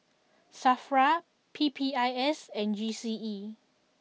Safra P P I S and G C E